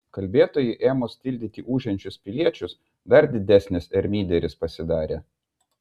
kalbėtojui ėmus tildyti ūžiančius piliečius dar didesnis ermyderis pasidarė